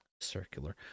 circular